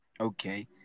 Okay